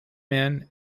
man